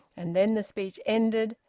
and then the speech ended,